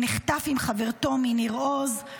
נחטף עם חברתו מניר עוז,